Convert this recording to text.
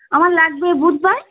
আমার লাগবে বুধবার